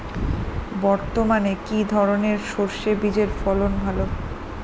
বর্তমানে কি ধরনের সরষে বীজের ফলন ভালো?